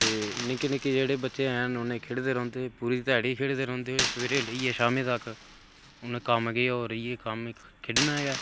ते निक्के निक्के जेह्ड़े बच्चे हैन उ'नेंगी खेढदे रौंह्दे पूरी ध्याड़ी खेढदे रौंह्दे सबेरे शा लेइयै शामी तक उ'नें गी कम्म केह् होर इक इ'यै खेढना गै ऐ